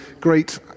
great